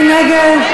מי נגד?